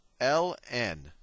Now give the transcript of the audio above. Ln